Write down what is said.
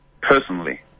personally